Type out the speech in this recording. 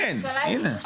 כן, הנה.